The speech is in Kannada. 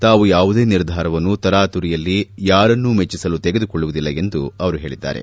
ತಾವು ಯಾವುದೇ ನಿರ್ಧಾರವನ್ನು ತರಾತುರಿಯಲ್ಲಿ ಯಾರನ್ನೂ ಮೆಚ್ಚಿಸಲು ತೆಗೆದುಕೊಳ್ಳುವುದಿಲ್ಲ ಎಂದು ಅವರು ಹೇಳದ್ದಾರೆ